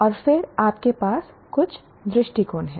और फिर आपके पास कुछ दृष्टिकोण हैं